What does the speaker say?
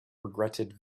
regretted